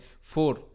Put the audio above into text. four